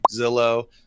Zillow